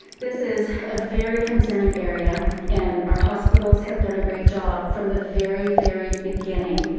this is a very concerning area and our hospitals have done a great job from the very, very beginning,